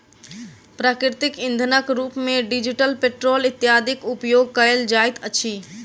प्राकृतिक इंधनक रूप मे डीजल, पेट्रोल इत्यादिक उपयोग कयल जाइत अछि